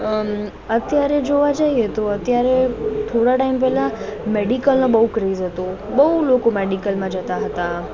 અં અત્યારે જોવા જઇએ તો અત્યારે થોડા ટાઇમ પહેલાં મેડિકલનો બહુ ક્રેઝ હતો બહુ લોકો મેડિકલમાં જતા હતા